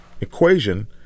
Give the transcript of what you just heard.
equation